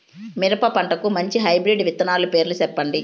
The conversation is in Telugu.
మిరప పంటకు మంచి హైబ్రిడ్ విత్తనాలు పేర్లు సెప్పండి?